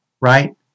right